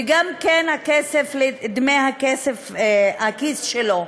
וגם דמי הכיס שלו.